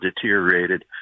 deteriorated